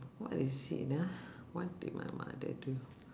what is it ah what did my mother do